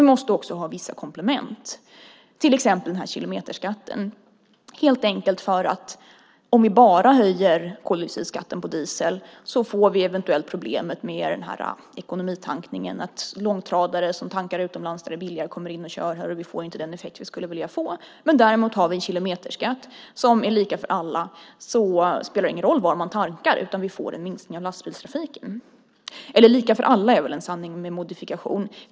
Vi måste också ha vissa komplement, till exempel kilometerskatten, helt enkelt för att om vi bara höjer koldioxidskatten på diesel får vi eventuellt problem med ekonomitankningen, det vill säga att långtradare som tankas utomlands där det är billigare kommer in och körs här, och vi får inte den effekt vi skulle vilja få. Men har vi däremot en kilometerskatt som är lika för alla spelar det ingen roll var man tankar, utan vi får en minskning av lastbilstrafiken. "Lika för alla" är väl förresten en sanning med modifikation.